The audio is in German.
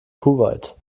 kuwait